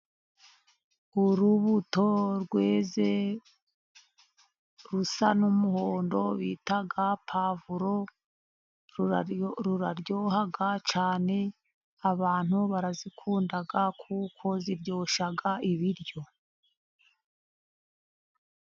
Urubuto rweze rusa n'umuhondo bita puwavuro ruraryoha cyane, abantu barazikunda, kuko ziryoshya ibiryo.